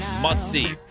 must-see